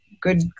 good